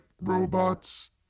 robots